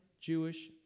Jewish